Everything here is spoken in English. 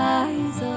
eyes